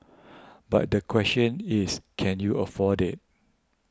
but the question is can you afford it